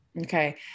Okay